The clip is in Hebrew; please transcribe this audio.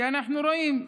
כי אנחנו רואים.